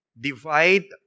divide